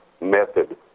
method